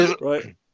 Right